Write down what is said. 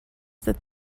that